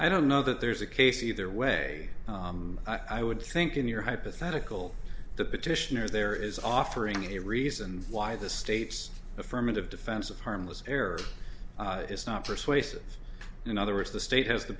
i don't know that there's a case either way i would think in your hypothetical the petitioner there is offering a reason why the state's affirmative defense of harmless error is not persuasive in other words the state has the